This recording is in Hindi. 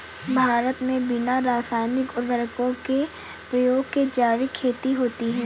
भारत मे बिना रासायनिक उर्वरको के प्रयोग के जैविक खेती होती है